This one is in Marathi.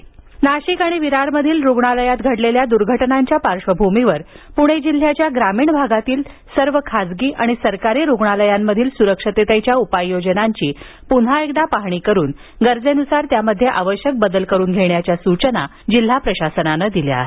सुरक्षितता पाहणी नाशिक आणि विरार मधील रुग्णालयात घडलेल्या दूर्घटनांच्या पार्श्वभूमीवर पूणे जिल्ह्याच्या ग्रामीण भागातील सर्व खासगी आणि सरकारी रुग्णालयातील स्रक्षिततेच्या उपाय योजनांची पुन्हा एकदा पाहणी करुन गरजेन्सार त्यात आवश्यक बदल करून घेण्याची सूचना जिल्हा प्रशासनानं केली आहे